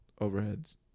overheads